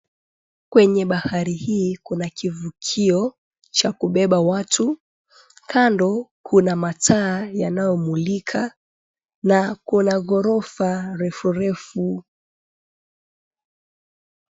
Kwenye bahari hii kuna kivukio cha kubeba watu. Kando kuna mataa yanayo mulika na kuna ghorofa refu refu.